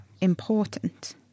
important